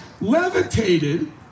levitated